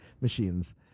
machines